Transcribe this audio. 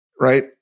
Right